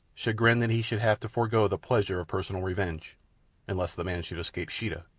chagrined that he should have to forgo the pleasure of personal revenge unless the man should escape sheeta.